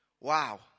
Wow